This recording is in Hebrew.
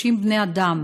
30 בני-אדם.